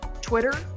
Twitter